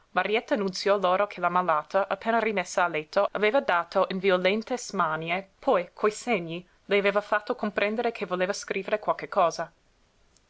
marietta annunziò loro che la malata appena rimessa a letto aveva dato in violente smanie poi coi segni le aveva fatto comprendere che voleva scrivere qualche cosa